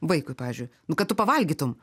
vaikui pavyzdžiui kad tu pavalgytum